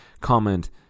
comment